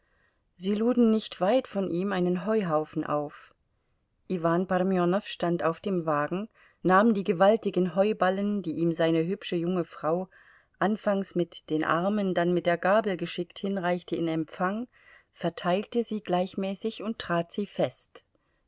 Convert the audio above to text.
sie luden nicht weit von ihm einen heuhaufen auf iwan parmenow stand auf dem wagen nahm die gewaltigen heuballen die ihm seine hübsche junge frau anfangs mit den armen dann mit der gabel geschickt hinreichte in empfang verteilte sie gleichmäßig und trat sie fest